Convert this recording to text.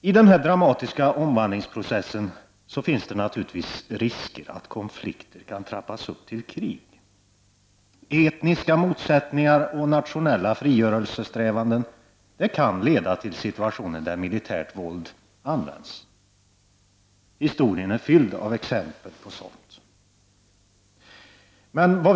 I den här dramatiska omvandlingsprocessen finns givetvis risker för att konflikter trappas upp och leder till krig. Etniska motsättningar och nationella frigörelsesträvanden kan leda till situationer där militärt våld används. Historien är fylld av exempel på detta.